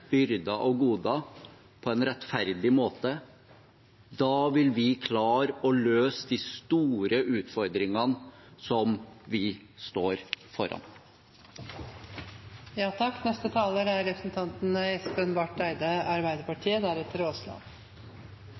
byrder og goder på en rettferdig måte. Da vil vi klare å løse de store utfordringene vi står foran. Jeg ble inspirert av innlegget til representanten